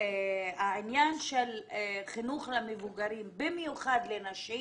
העניין של חינוך למבוגרים במיוחד לנשים